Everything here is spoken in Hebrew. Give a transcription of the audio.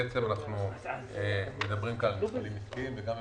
בעצם אנחנו מדברים כאן על מפעלים עסקיים גם עליהם